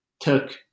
took